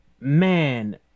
Man